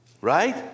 Right